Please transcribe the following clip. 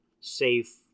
safe